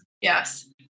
yes